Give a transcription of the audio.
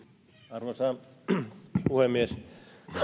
arvoisa puhemies